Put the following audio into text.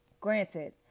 Granted